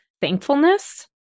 thankfulness